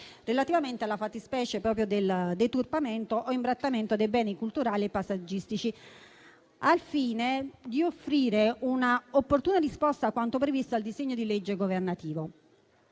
relativamente alla fattispecie del deturpamento o dell'imbrattamento dei beni culturali e paesaggistici, al fine di offrire una opportuna risposta a quanto previsto dal disegno di legge governativo.